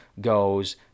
goes